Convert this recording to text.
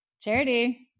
Charity